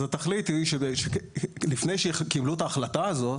התכלית היא שלפני שקיבלו את ההחלטה הזאת